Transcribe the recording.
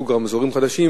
סוג רמזורים חדש,